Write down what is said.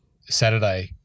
Saturday